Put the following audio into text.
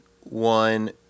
one